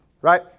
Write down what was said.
right